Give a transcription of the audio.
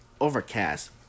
Overcast